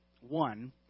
One